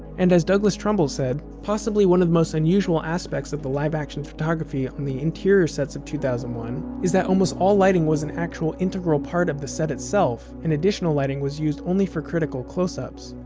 and as douglas trumbull said, possibly one of the most unusual aspects of the live action photography on the interior sets of two thousand and one is that almost all lighting was an actual integral part of the set itself, and additional lighting was used only for critical close-ups